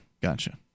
gotcha